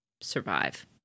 survive